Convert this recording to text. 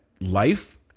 life